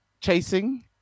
chasing